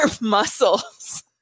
muscles